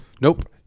Nope